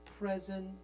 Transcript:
present